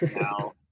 now